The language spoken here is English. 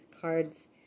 cards